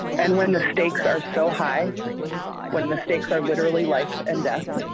and when the stakes are so high when and the stakes are literally life and death.